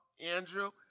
Andrew